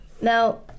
Now